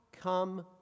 come